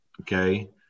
okay